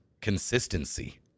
consistency